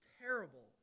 terrible